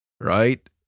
right